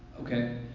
Okay